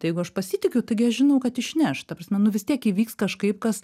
tai jeigu aš pasitikiu taigi aš žinau kad išneš ta prasme nu vis tiek įvyks kažkaip kas